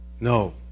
No